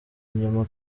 inyuma